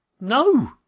no